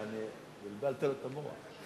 יעני, בלבלת לו את המוח.